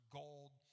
gold